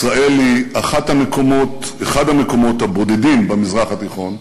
ישראל היא אחד המקומות הבודדים במזרח התיכון,